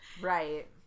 Right